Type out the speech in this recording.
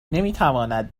نمیتواند